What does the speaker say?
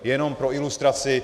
Jenom pro ilustraci.